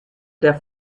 der